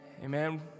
amen